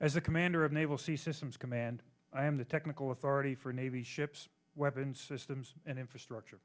as a commander of naval sea systems command i am the technical authority for navy ships weapons systems and infrastructure